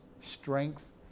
Strength